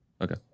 okay